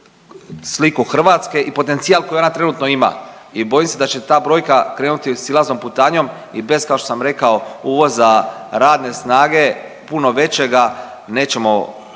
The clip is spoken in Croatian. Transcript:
sliku Hrvatske i potencijal koji ona trenutno ima i bojim se da će ta brojka krenuti silaznom putanjom i bez kao što sam rekao uvoza radne snage puno većega nećemo